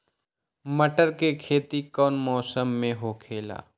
मटर के खेती कौन मौसम में होखेला?